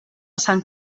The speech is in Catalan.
sant